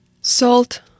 Salt